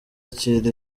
akira